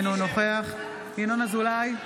אינו נוכח ינון אזולאי,